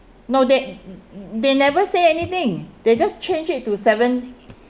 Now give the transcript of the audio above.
no they they never say anything they just change it to seven